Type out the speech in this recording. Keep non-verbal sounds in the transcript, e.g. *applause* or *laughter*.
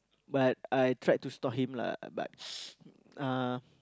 but I tried to stop him lah but *noise* uh